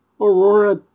Aurora